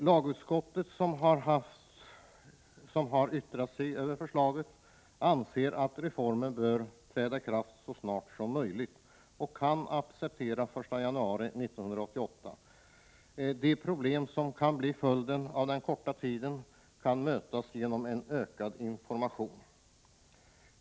Lagutskottet, som har yttrat sig över förslaget, anser att reformen bör träda i kraft så snart som möjligt och kan acceptera att det sker den 1 januari 1988. De problem som kan bli följden av den korta tiden kan mötas genom en ökad information.